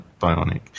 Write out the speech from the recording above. Bionic